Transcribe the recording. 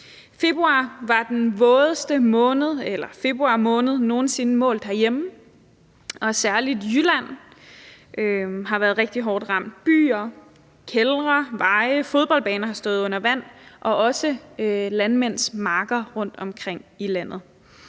Februar var den vådeste februar måned nogen sinde målt herhjemme, og særligt Jylland har været rigtig hårdt ramt. Byer, kældre, veje, fodboldbaner har stået under vand, også landmænds marker rundt omkring i landet.